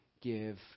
give